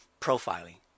profiling